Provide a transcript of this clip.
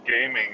gaming